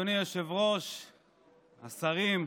אדוני היושב-ראש, השרים,